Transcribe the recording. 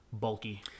bulky